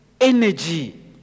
energy